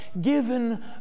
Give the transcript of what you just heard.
given